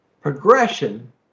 progression